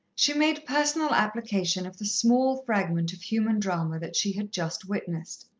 she made personal application of the small fragment of human drama that she had just witnessed.